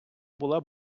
була